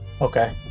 Okay